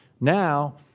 Now